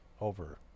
over